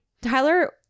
Tyler